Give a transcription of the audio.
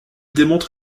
démontre